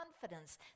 confidence